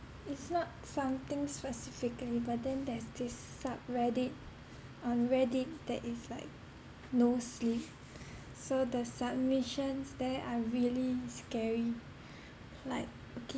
it's not something specifically but then there's this sub~ reddit on reddit that is like nosleep so the submissions there are really scary like okay